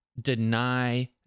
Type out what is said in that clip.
deny